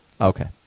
Okay